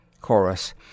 Chorus